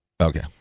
Okay